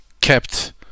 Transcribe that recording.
kept